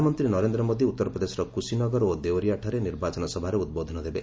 ପ୍ରଧାନମନ୍ତ୍ରୀ ନରେନ୍ଦ୍ର ମୋଦି ଉତ୍ତରପ୍ରଦେଶର କୃଶିନଗର ଓ ଦେଓରିଆ ଠାରେ ନିର୍ବାଚନ ସଭାରେ ଉଦ୍ବୋଧନ ଦେବେ